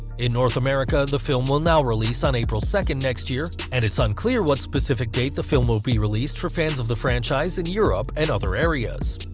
in north america, the film will now release on april second next year, and it's unclear what specific date the film will be released for fans of the franchise in europe and other areas.